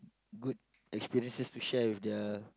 good experiences to share with their